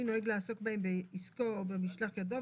נוהג לעסוק בהם בעסקו או במשלח ידו,